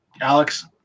Alex